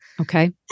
Okay